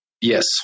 Yes